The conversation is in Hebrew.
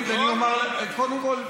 קודם כול,